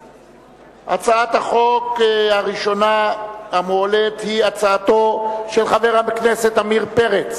הצעת החוק הראשונה המועלית היא הצעתו של חבר הכנסת עמיר פרץ,